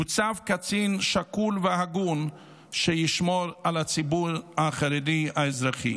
יוצב קצין שקול והגון שישמור על הציבור החרדי האזרחי.